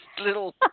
little